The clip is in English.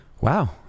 Wow